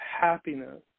happiness